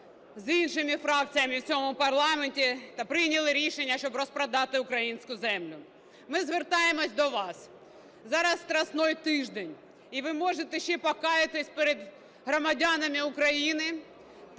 з іншими фракціями в цьому парламенті, прийняли рішення, щоб розпродати українську землю. Ми звертаємося до вас. Зараз Страсний тиждень, і ви можете ще покаятись перед громадянами України